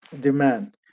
demand